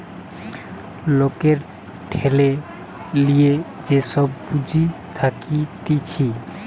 লোকের ঠেলে লিয়ে যে সব পুঁজি থাকতিছে